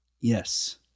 Yes